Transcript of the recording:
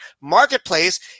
marketplace